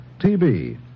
TB